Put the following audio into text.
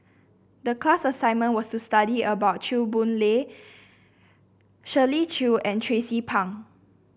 the class assignment was to study about Chew Boon Lay Shirley Chew and Tracie Pang